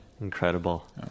incredible